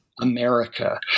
America